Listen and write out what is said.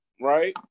right